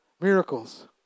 Miracles